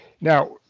Now